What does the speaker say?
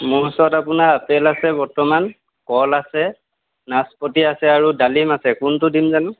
মোৰ ওচৰত আপোনাৰ আপেল আছে বৰ্তমান কল আছে নাচপতি আছে আৰু ডালিম আছে কোনটো দিম জানো